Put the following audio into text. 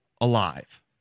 alive